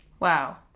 Wow